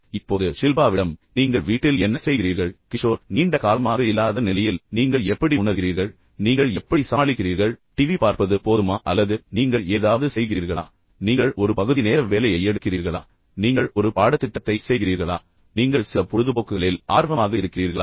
இப்போது ஷில்பாவிடம் நீங்கள் வீட்டில் என்ன செய்கிறீர்கள் கிஷோர் நீண்ட காலமாக இல்லாத நிலையில் நீங்கள் எப்படி உணர்கிறீர்கள் நீங்கள் எப்படி சமாளிக்கிறீர்கள் டிவி பார்ப்பது போதுமா அல்லது நீங்கள் ஏதாவது செய்கிறீர்களா நீங்கள் ஒரு பகுதி நேர வேலையை எடுக்கிறீர்களா நீங்கள் ஒரு பாடத்திட்டத்தை செய்கிறீர்களா நீங்கள் சில பொழுதுபோக்குகளில் ஆர்வமாக இருக்கிறீர்களா